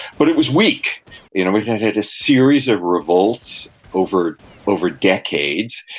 but it was weak, you know, it had had a series of revolts over over decades.